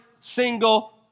single